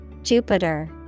Jupiter